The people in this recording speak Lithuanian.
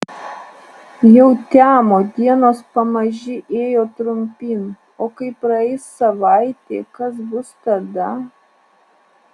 jau temo dienos pamaži ėjo trumpyn o kai praeis savaitė kas bus tada